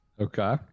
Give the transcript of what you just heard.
Okay